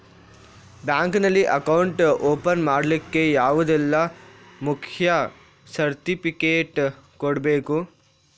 Bank ನಲ್ಲಿ account open ಮಾಡ್ಲಿಕ್ಕೆ ಯಾವುದೆಲ್ಲ ಮುಖ್ಯ ಸರ್ಟಿಫಿಕೇಟ್ ಕೊಡ್ಬೇಕು?